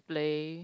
play